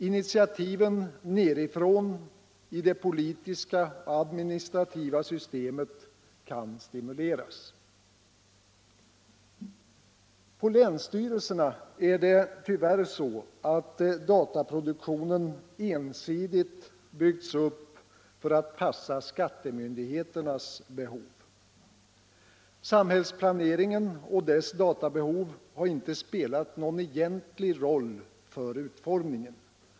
Initiativen nedifrån i det politiska och administrativa systemet kan stimuleras. På länsstyrelserna är det tyvärr så, att dataproduktionen ensidigt byggts upp för att passa skattemyndigheternas behov. Samhällsplaneringen och dess databehov har inte spelat någon egentlig roll för utformningen.